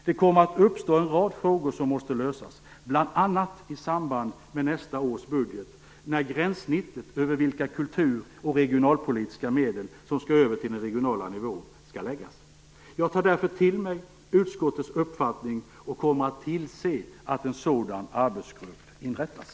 Det kommer att uppstå en rad frågor som måste lösas, bl.a. i samband med nästa års budget, när gränssnittet för vilka kultur och regionalpolitiska medel som skall över till den regionala nivån skall fastställas. Jag tar därför till mig utskottets uppfattning och kommer att tillse att en sådan arbetsgrupp inrättas.